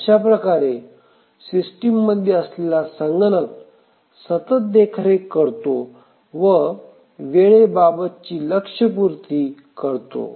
अशाप्रकारे सिस्टीममध्ये असलेला संगणक सतत देखरेख करतो व वेळेबाबतची लक्ष्य पूर्ती करतो